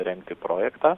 rengti projektą